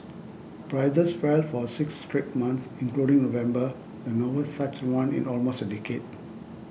prices fell for six straight months including November the longest such run in almost a decade